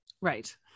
Right